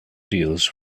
deals